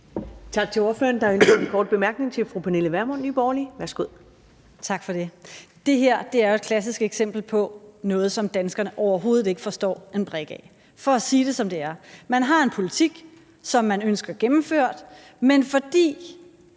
Tak til ordføreren. Der er ønske om en kort bemærkning til fru Pernille Vermund, Nye Borgerlige. Værsgo. Kl. 17:26 Pernille Vermund (NB): Tak for det. Det her er jo et klassisk eksempel på noget, som danskerne overhovedet ikke forstår en brik af. For at sige det, som det er: Man har en politik, som man ønsker gennemført, men fordi